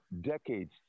decades